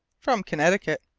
from connecticut.